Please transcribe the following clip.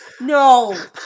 no